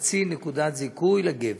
ו-0.5 נקודת זיכוי לגבר,